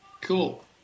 Cool